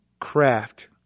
craft